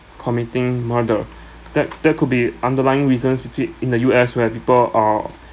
committing murder there there could be underlying reasons between in the U_S where people are